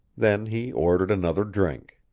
then he ordered another drink.